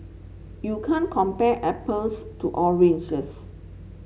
you can't compare apples to oranges